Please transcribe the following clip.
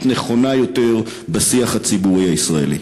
נכונה יותר בשיח הציבורי הישראלי.